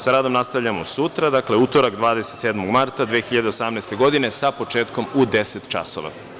Sa radom nastavljamo sutra, u utorak 27. marta 2018. godine, sa početkom u 10.00 časova.